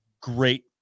great